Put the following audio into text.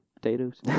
Potatoes